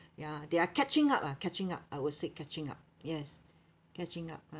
ya they are catching up ah catching up I will say catching up yes catching up ah